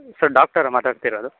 sir ಡಾಕ್ಟರಾ ಮಾತಾಡ್ತಿರೋದು